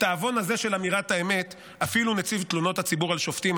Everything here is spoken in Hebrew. את העוון הזה של אמירת האמת אפילו נציב תלונות הציבור על שופטים,